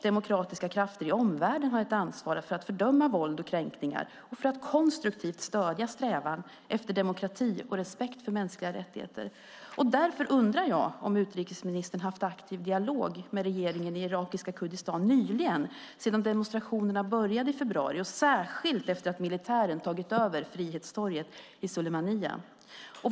Demokratiska krafter i omvärlden har ett ansvar för att fördöma våld och kränkningar och konstruktivt stödja strävan efter demokrati och respekt för mänskliga rättigheter. Därför undrar jag om utrikesministern haft aktiv dialog med regeringen i irakiska Kurdistan nyligen sedan demonstrationerna började i februari och särskilt efter att militären tagit över Frihetstorget i Sulaymaniyah.